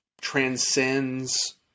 transcends